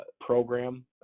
program